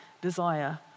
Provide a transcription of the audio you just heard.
desire